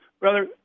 brother